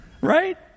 Right